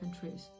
countries